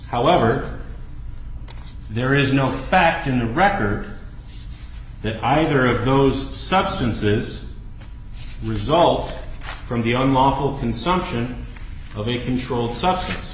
however there is no fact in the record that either of those substances result from the on lawful consumption of a controlled substance